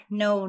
no